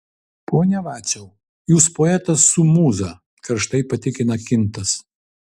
pone vaciau jūs poetas su mūza karštai patikina kintas